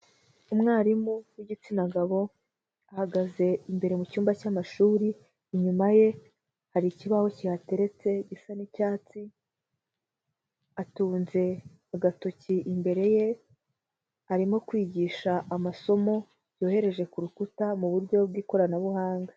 Umwarimu w'igitsina gabo. Ahagaze imbere mu cyumba cy'amashuri. Inyuma ye, hari ikibaho cyateretse, gisa n'icyatsi. atunze, agatoki, imbere ye. Arimo kwigisha amasomo, yohereje kuru rukuta mu buryo bw'ikoranabuhanga.